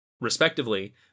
Respectively